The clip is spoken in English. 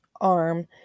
arm